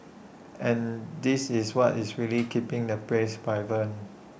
and this is what is really keeping the place vibrant